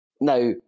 Now